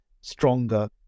stronger